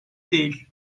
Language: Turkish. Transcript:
değil